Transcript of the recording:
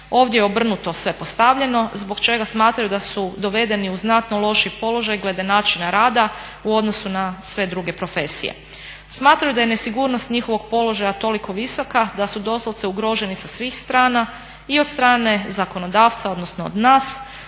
ovdje je obrnuto sve postavljeno zbog čega smatraju da su dovedeni u znatno lošiji položaj glede načina rada u odnosu na sve druge profesije. Smatraju da je nesigurnost njihovog položaja toliko visoka da su doslovce ugroženi sa svih strana i od strane zakonodavca, odnosno od nas,